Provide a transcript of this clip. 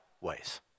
ways